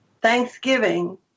Thanksgiving